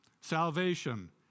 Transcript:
salvation